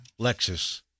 Lexus